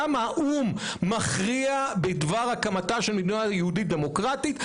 גם האו"ם מכריע בדבר הקמתה של מדינה יהודית דמוקרטית,